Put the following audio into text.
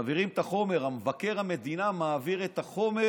מעבירים את החומר, מבקר המדינה מעביר את החומר